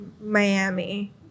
Miami